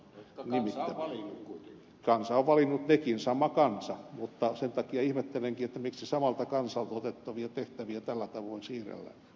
kansa on valinnut nekin sama kansa mutta sen takia ihmettelenkin miksi samalta kansalta otettavia tehtäviä tällä tavoin siirrellään